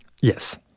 Yes